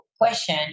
question